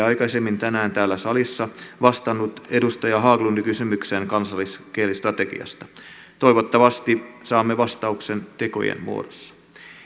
aikaisemmin tänään täällä salissa vastannut edustaja haglundin kysymykseen kansalliskielistrategiasta toivottavasti saamme vastauksen tekojen muodossa